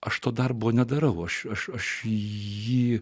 aš to darbo nedarau aš aš jį